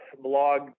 blog